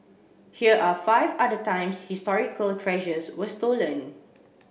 here are five other times historical treasures were stolen